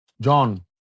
John